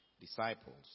disciples